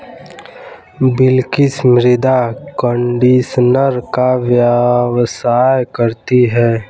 बिलकिश मृदा कंडीशनर का व्यवसाय करती है